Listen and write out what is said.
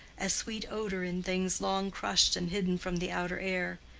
as sweet odor in things long crushed and hidden from the outer air.